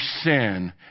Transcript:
sin